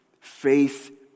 faith